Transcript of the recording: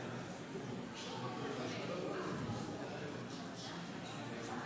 בעד, 61